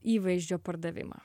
įvaizdžio pardavimą